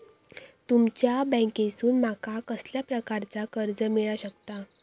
तुमच्या बँकेसून माका कसल्या प्रकारचा कर्ज मिला शकता?